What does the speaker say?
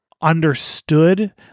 understood